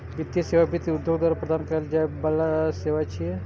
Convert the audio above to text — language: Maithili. वित्तीय सेवा वित्त उद्योग द्वारा प्रदान कैल जाइ बला सेवा छियै